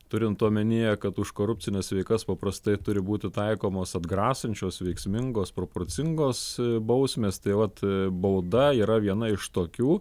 turint omenyje kad už korupcines veikas paprastai turi būti taikomos atgrasančios veiksmingos proporcingos bausmės tai vat bauda yra viena iš tokių